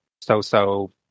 so-so